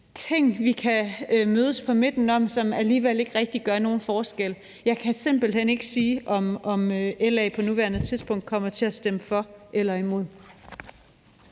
ting, vi kan mødes på midten om, som alligevel ikke rigtig gør nogen forskel. Jeg kan simpelt hen ikke sige, om LA på nuværende tidspunkt kommer til at stemme for eller imod.